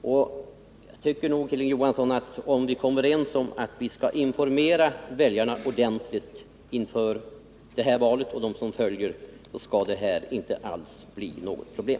Jag tror också, Hilding Johansson, att om vi kan vara överens om att vi skall informera väljarna ordentligt inför detta val och de följande, då borde den här ändringen inte behöva medföra några problem.